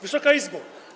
Wysoka Izbo!